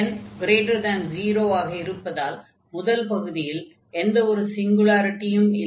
முதல் பகுதியில் n 0 ஆக இருப்பதால் எந்த ஒரு சிங்குலாரிட்டியும் இல்லை